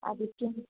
ಅದಕ್ಕೆ